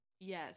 Yes